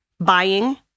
buying